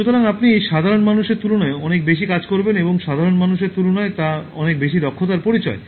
সুতরাং আপনি সাধারণ মানুষের তুলনায় অনেক বেশি কাজ করবেন এবং সাধারণ মানুষের তুলনায় তা অনেক বেশি দক্ষতার পরিচয়